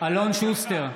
אלון שוסטר,